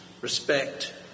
respect